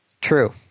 True